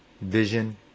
vision